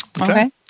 Okay